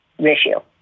ratio